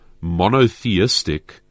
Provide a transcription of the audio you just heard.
monotheistic